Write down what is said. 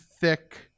thick